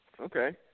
Okay